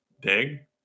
big